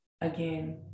again